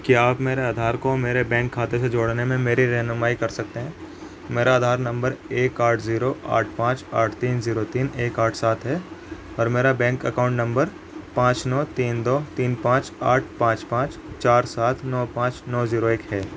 کیا آپ میرے آدھار کو میرے بینک کھاتے سے جوڑنے میں میری رہنمائی کر سکتے ہیں میرا آدھار نمبر ایک آٹھ زیرو آٹھ پانچ آٹھ تین زیرو تین ایک آٹھ سات ہے اور میرا بینک اکاؤنٹ نمبر پانچ نو تین دو تین پانچ آٹھ پانچ پانچ چار سات نو پانچ نو زیرو ایک ہے